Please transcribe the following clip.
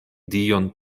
dion